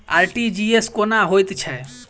RTGS कोना होइत छै?